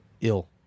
ill